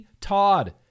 Todd